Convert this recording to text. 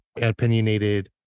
opinionated